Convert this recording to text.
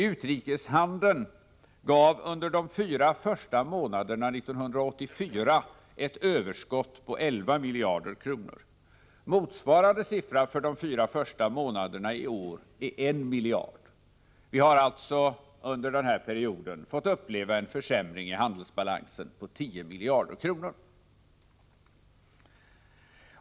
Utrikeshandeln gav under de fyra första månaderna 1984 ett överskott på 11 miljarder kronor. Motsvarande siffra för de fyra första månaderna i år är en miljard. Utrikeshandeln har alltså för denna period försämrats med hela 10 miljarder kronor.